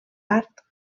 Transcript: part